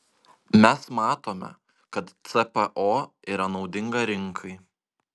mes matome kad cpo yra naudinga rinkai